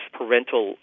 parental